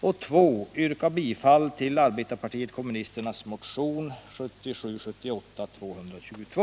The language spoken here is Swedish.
och för det andra yrka bifall till arbetarepartiet kommunisternas motion 1977/78:222.